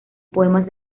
poemas